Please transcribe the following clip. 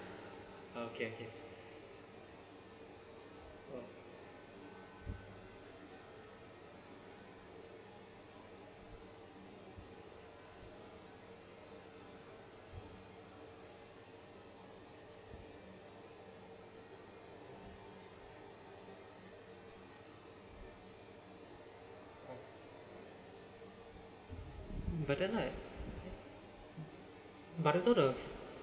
okay okay but then right but it sort of